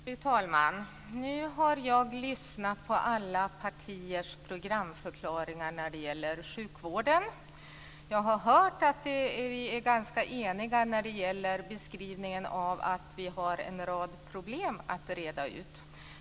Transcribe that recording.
Fru talman! Nu har jag lyssnat på alla partiers programförklaringar när det gäller sjukvården. Jag har hört att vi är ganska eniga när det gäller beskrivningen att vi har en rad problem att reda ut.